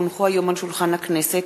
כי הונחו היום על שולחן הכנסת,